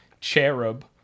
cherub